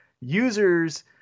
users